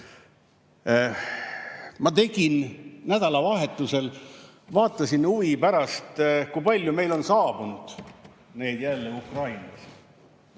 vaatasin nädalavahetusel huvi pärast, kui palju meile on saabunud neid jälle Ukrainast.